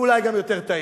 ואולי גם יותר טעים,